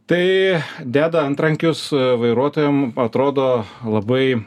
tai deda antrankius vairuotojam atrodo labai